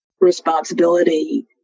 responsibility